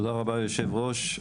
תודה רבה ליושב הראש,